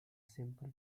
simple